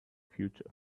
future